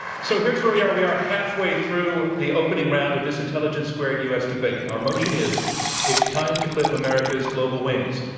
so here's where we are. we are halfway through the opening round of this intelligence squared u. s. debate. our motion is it's time to clip america's global wings.